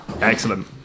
excellent